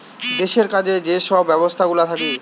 দেশের কাজে যে সব ব্যবস্থাগুলা থাকে